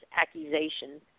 accusation